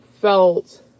felt